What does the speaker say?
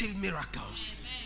miracles